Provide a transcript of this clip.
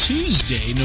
Tuesday